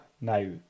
now